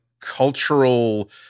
cultural